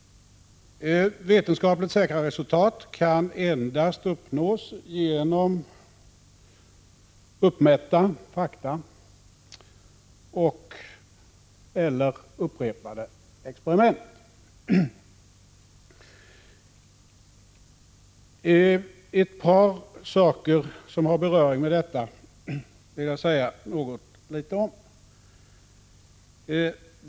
Vetenskapligt säkra resultat kan endast uppnås genom uppmätta fakta och/eller upprepade experiment. Jag vill säga något om ett par saker som har beröring med detta.